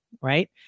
Right